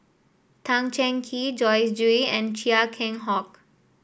Tan Cheng Kee Joyce Jue and Chia Keng Hock